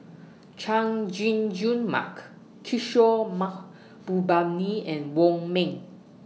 Chay Jung Jun Mark Kishore Mahbubani and Wong Ming